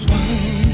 one